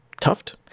Tuft